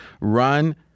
run